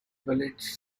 village